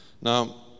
Now